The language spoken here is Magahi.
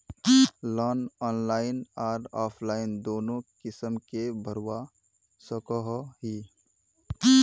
लोन ऑनलाइन आर ऑफलाइन दोनों किसम के भरवा सकोहो ही?